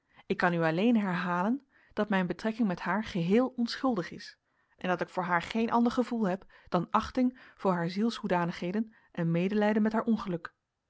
ik kan u alleen herhalen dat mijn betrekking met haar geheel onschuldig is en dat ik voor haar geen ander gevoel heb dan achting voor haar zielshoedanigheden en medelijden met haar ongeluk